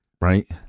right